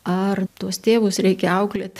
ar tuos tėvus reikia auklėt